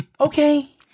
Okay